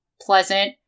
pleasant